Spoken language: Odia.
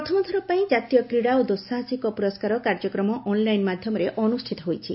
ପ୍ରଥମଥର ପାଇଁ ଜାତୀୟ କ୍ରୀଡ଼ା ଓ ଦୁଃସାହସିକ ପୁରସ୍କାର କାର୍ଯ୍ୟକ୍ରମ ଅନ୍ଲାଇନ ମାଧ୍ୟମରେ ଅନୁଷ୍ଠିତ ହୋଇଛି